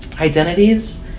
identities